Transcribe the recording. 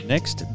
Next